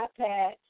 iPad